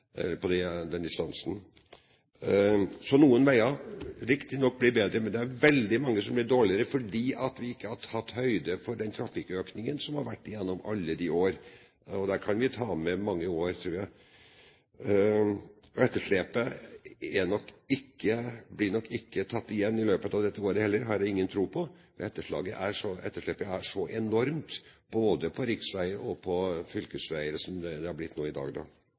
på denne distansen! Så noen veier blir riktignok bedre, men det er veldig mange som blir dårligere, fordi vi ikke har tatt høyde for den trafikkøkningen som har vært gjennom alle de år, og der tror jeg vi kan ta med mange år. Etterslepet blir nok ikke tatt igjen i løpet av dette året heller, det har jeg ingen tro på, for etterslepet er så enormt, både på riksveier og på fylkesveier, som det er blitt nå i dag.